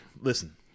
listen